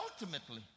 ultimately